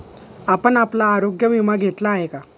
आपण आपला आरोग्य विमा घेतला आहे का?